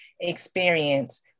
experience